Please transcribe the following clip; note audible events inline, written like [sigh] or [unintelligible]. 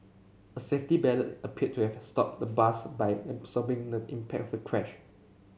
a safety [unintelligible] appeared to have stopped the bus by absorbing the impact of the crash